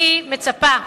אני מצפה,